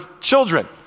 children